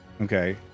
okay